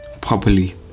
properly